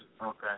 okay